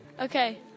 Okay